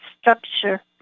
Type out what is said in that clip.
structure